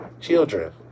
children